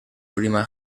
prima